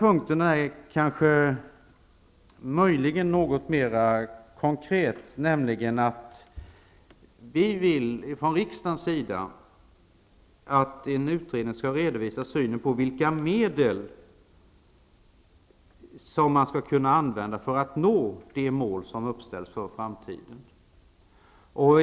För det fjärde -- det är möjligen något mera konkret -- vill vi från riksdagens sida att en utredning skall redovisa synen på vilka medel som man skall kunna använda för att nå de mål som uppställs för framtiden.